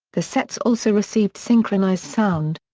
the sets also received synchronized sound.